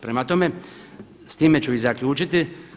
Prema tome, s time ću i zaključiti.